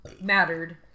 mattered